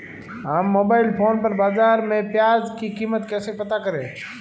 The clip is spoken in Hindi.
हम मोबाइल फोन पर बाज़ार में प्याज़ की कीमत कैसे पता करें?